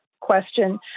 question